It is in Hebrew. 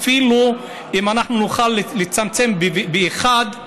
אפילו אם אנחנו נוכל לצמצם באחד,